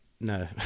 No